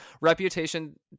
Reputation